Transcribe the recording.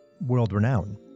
world-renowned